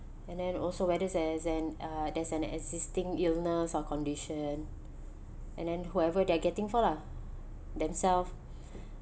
and then also whether there's an uh there's an existing illness or condition and then whoever they're getting for lah themselves